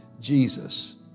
jesus